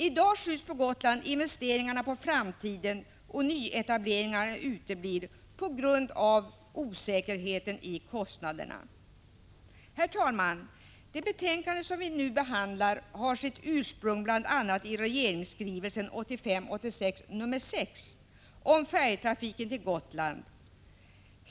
I dag skjuts investeringarna på framtiden när det gäller Gotland, och nyetableringarna uteblir på grund av osäkerheten i fråga om kostnaderna. Herr talman! Det betänkande som vi nu behandlar har sitt ursprung bl.a. i regeringens skrivelse 1985/86:6 om färjetrafiken på Gotland.